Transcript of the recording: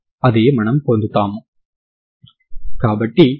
wt మరియు wx2 పదాలలో శక్తి ఎంత